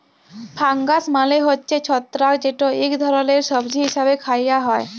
fungus মালে হছে ছত্রাক যেট ইক ধরলের সবজি হিসাবে খাউয়া হ্যয়